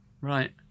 Right